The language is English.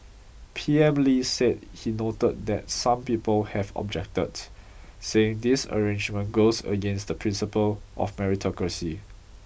P M Lee said he noted that some people have objected saying this arrangement goes against the principle of meritocracy